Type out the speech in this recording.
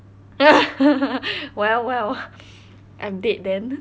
well well I'm dead then